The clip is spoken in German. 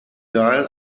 geil